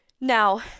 Now